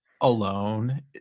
alone